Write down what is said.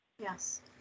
Yes